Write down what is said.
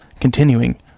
continuing